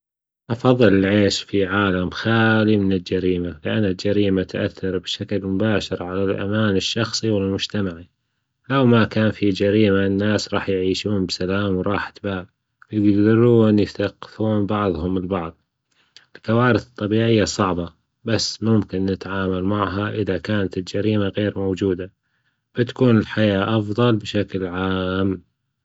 أفضل العيش في عالم خالي من الجريمة لأن الجريمة تأثر بشكل مباشر على الأمان الشخصي والمجتمعي، لو ما كان في جريمة الناس راح يعيشون بسلام وراحة بال، يجدرون يثقفون بعضهم البعض، الكوارث الطبيعية صعبة بس ممكن نتعامل معها إذا كانت الجريمة غير موجودة، بتكون الحياة افضل بشكل عام.